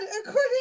according